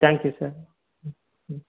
thank you sir ம்